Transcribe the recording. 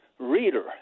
Reader